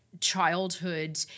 childhood